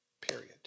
period